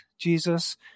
Jesus